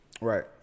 Right